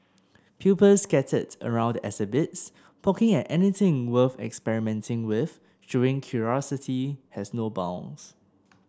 pupils scattered around the exhibits poking at anything worth experimenting with showing curiosity has no bounds